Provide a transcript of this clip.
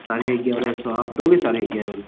साढ़े एग्यारह सौ आप दोगे साढ़े एग्यारह में